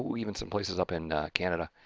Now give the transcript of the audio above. even some places up in canada